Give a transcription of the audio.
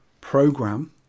program